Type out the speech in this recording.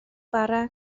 bara